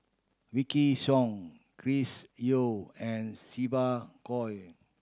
Wykidd Song Chris Yeo and Siva Choy